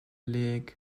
league